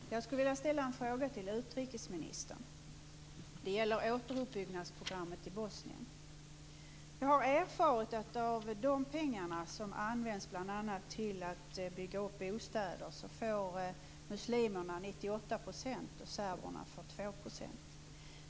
Herr talman! Jag skulle vilja ställa en fråga till utrikesministern. Det gäller återuppbyggnadsprogrammet i Bosnien. Jag har erfarit att av de pengar som används bl.a. till att bygga upp bostäder får muslimerna 98 % och serberna 2 %.